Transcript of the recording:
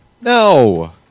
No